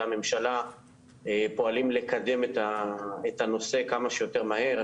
הממשלה פועלים לקדם את הנושא כמה שיותר מהר.